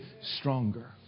stronger